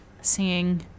singing